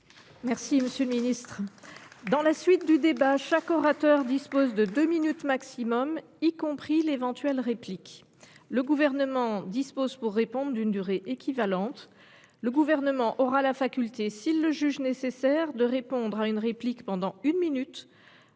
débat interactif. Je rappelle que chaque orateur dispose de deux minutes maximum, y compris l’éventuelle réplique. Le Gouvernement dispose pour répondre d’une durée équivalente. Le Gouvernement aura la faculté, s’il le juge nécessaire, de répondre à une réplique pendant une minute